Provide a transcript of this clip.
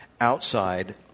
outside